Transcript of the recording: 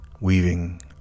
Weaving